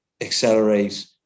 accelerate